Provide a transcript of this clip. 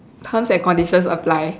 terms and conditions apply